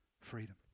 freedom